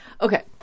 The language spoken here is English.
Okay